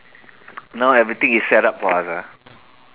now everything is setup for us ah